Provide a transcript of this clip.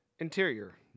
Interior